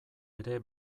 ere